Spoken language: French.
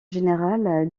général